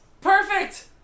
Perfect